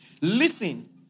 Listen